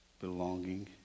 belonging